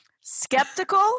Skeptical